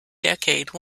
decade